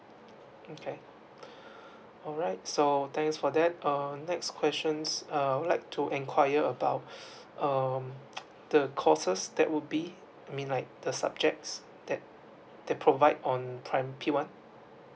okay all right so thanks for that um next questions um I would like to inquire about um the courses that would be I mean like the subjects that they provide on time P one